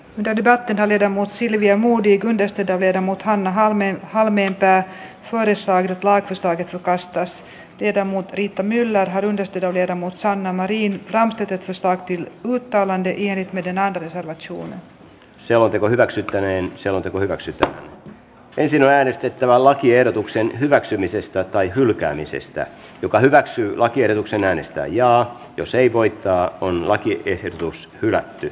yhdentyvät davide mut silvia modig on testata viedä muthanna halmeen mieltää roolissaan vai pistääkö päästäis tiedä muut riitta myller pystytä vielä muut saarnamääriin framstetetuistakin voittavan tiennyt miten äänestävät suomen selonteko hyväksyttäneen selonteko hyväksytään ensin äänestettävä lakiehdotuksen hyväksymisestä tai hylkäämisestä joka hyväksyy lakiehdotuksen äänistä ja jos ei poika on lakiehdotus hyväksyttiin